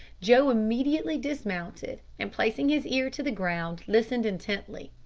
joe immediately dismounted, and placing his ear to the ground listened intently.